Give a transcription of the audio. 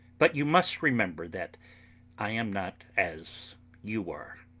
but you must remember that i am not as you are.